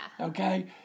okay